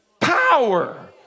power